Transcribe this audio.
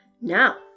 Now